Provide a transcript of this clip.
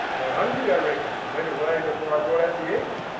they were hungry, i reckon, and went away before i brought out the eggs,